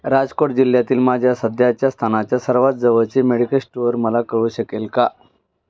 राजकोट जिल्ह्यातील माझ्या सध्याच्या स्थानाच्या सर्वात जवळचे मेडिकल स्टोअर मला कळू शकेल का